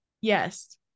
Yes